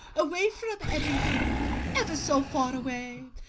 away from everything ever so far away,